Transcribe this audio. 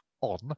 on